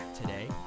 today